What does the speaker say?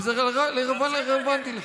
וזה רלוונטי לך.